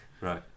Right